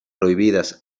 prohibidas